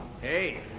Hey